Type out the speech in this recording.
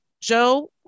Joe